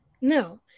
No